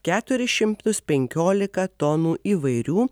keturis šimtus penkiolika tonų įvairių